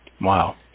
Wow